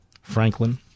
Franklin